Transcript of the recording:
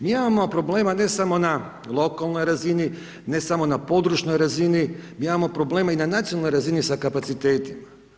Mi imamo problema ne samo na lokalnoj razini, ne samo na područnoj razini, mi imamo probleme i na nacionalnoj razini sa kapacitetima.